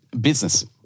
Business